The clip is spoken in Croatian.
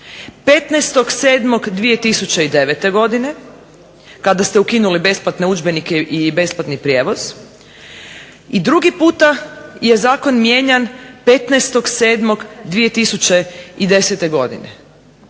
15.7.2009. godine kada ste ukinuli besplatne udžbenike i besplatni prijevoz. I drugi puta je zakon mijenjan 15.7.2010. godine.